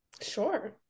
Sure